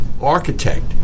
architect